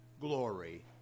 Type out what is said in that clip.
glory